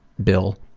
bill,